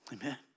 Amen